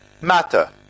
matter